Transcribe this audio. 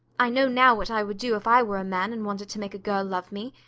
i know now what i would do if i were a man and wanted to make a girl love me.